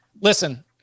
Listen